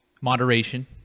moderation